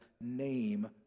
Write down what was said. name